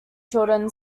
children